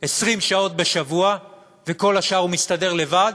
20 שעות בשבוע וכל השאר הוא מסתדר לבד,